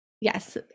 yes